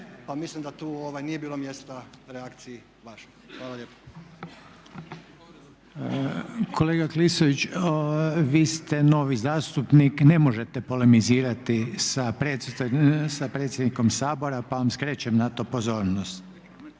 mislim da tu nije bilo mjesta reakciji vašoj. Hvala lijepa. **Reiner, Željko (HDZ)** Kolega Klisović vi ste novi zastupnik, ne možete polemizirati sa predsjednikom Sabora pa vam skrećem na to pozornost.